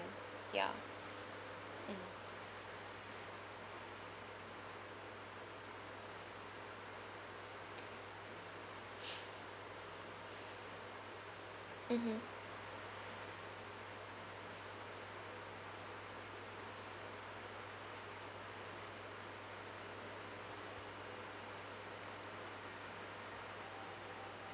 ya mm mmhmm